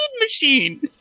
machine